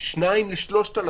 2 ל-3,000.